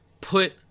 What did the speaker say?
put